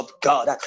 god